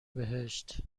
بهشت